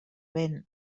vent